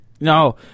No